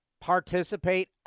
participate